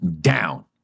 down